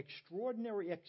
extraordinary